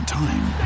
time